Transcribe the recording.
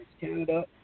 Canada